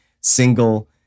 single